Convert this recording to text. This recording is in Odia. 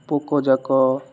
ପୋକ ଯାକ